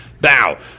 Bow